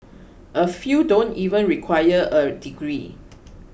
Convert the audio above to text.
a few don't even require a degree